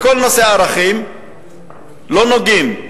בכל נושא הערכים לא נוגעים.